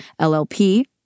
LLP